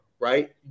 right